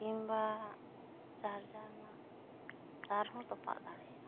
ᱠᱤᱝᱵᱟ ᱪᱟᱨᱡᱟᱨ ᱨᱮᱱᱟᱜ ᱛᱟᱨ ᱦᱚᱸ ᱛᱚᱯᱟᱜ ᱫᱟᱲᱮᱭᱟᱜᱼᱟ